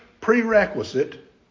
prerequisite